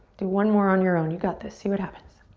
do one more on your own. you got this. see what happens.